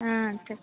ಹಾಂ